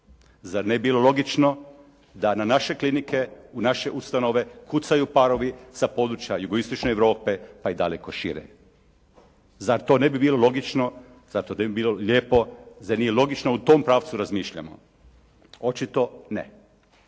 Zar ne bi bilo logično da na naše klinike, u naše ustanove kucaju parovi sa područja jugo-istočne Europe pa i daleko šire? Zar to ne bi bilo logično? Zar to ne bi bilo lijepo? Zar nije logično da u tom pravcu razmišljamo? Očito ne.